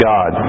God